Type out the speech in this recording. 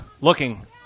looking